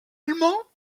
allemand